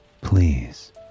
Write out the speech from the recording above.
Please